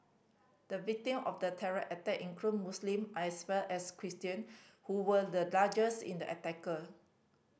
the victim of the terror attack included Muslim as well as Christian who were the largest in the attacker